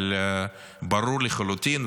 אבל ברור לחלוטין,